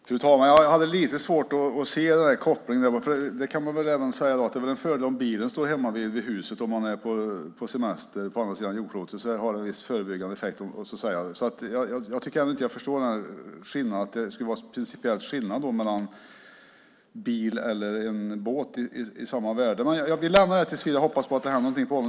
Fru talman! Jag har lite svårt att se den kopplingen. I så fall kan man säga att det är en fördel också när det gäller bilen. Om den står hemma vid huset och man är på semester på andra sidan jordklotet kan det ha viss förebyggande effekt. Jag förstår inte att det skulle finnas en principiell skillnad mellan bil och båt med samma värde. Jag fortsätter dock att tills vidare hoppas att det händer någonting på området.